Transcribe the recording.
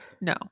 No